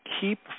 keep